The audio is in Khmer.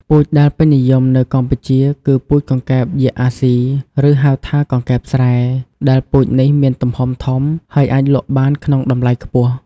ពូជដែលពេញនិយមនៅកម្ពុជាគឺ ពូជកង្កែបយក្សអាស៊ី ឬហៅថា កង្កែបស្រែ ដែលពូជនេះមានទំហំធំ ហើយអាចលក់បានក្នុងតម្លៃខ្ពស់។